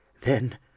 Then